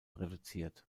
reduziert